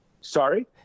sorry